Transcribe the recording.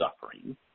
suffering